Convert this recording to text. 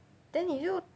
then 你又